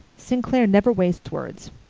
st. clair never wastes words.